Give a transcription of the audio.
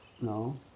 No